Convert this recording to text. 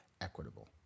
equitable